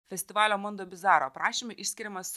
festivalio mondobizaro aprašyme išskiriamas